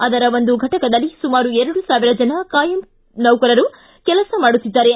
ಅದರ ಒಂದು ಘಟಕದಲ್ಲಿ ಸುಮಾರು ಎರಡು ಸಾವಿರ ಜನ ಕಾಯಂ ನೌಕರರು ಕೆಲಸ ಮಾಡುತ್ತಿದ್ದಾರೆ